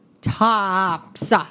Tops